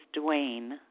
Dwayne